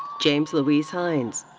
james louise heins.